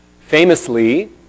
Famously